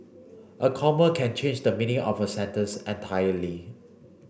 a comma can change the meaning of a sentence entirely